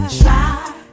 try